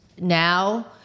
now